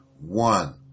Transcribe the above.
one